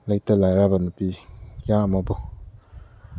ꯂꯩꯇ ꯂꯥꯏꯔꯕ ꯅꯨꯄꯤ ꯀꯌꯥ ꯑꯃꯕꯨ